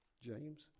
James